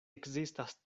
ekzistas